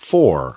Four